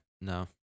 No